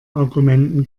argumenten